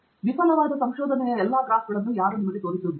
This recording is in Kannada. ವಿಫಲವಾದ ಸಂಶೋಧನೆಯ ಎಲ್ಲಾ ಗ್ರಾಫ್ಗಳನ್ನು ಅವರು ನಿಮಗೆ ತೋರಿಸುವುದಿಲ್ಲ